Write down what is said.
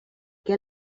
què